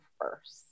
first